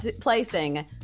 placing